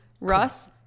Russ